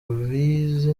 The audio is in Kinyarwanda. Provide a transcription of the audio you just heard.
bize